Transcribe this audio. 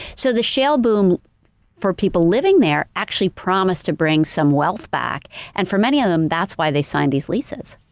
so the shale boom for people living there actually promised to bring some wealth back and for many of them that's why they signed these leases.